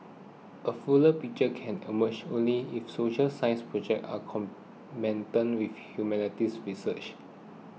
a fuller picture can emerge only if social science projects are complemented with humanities research